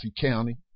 County